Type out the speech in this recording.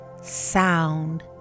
sound